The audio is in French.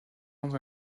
bons